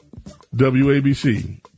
WABC